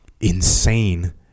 insane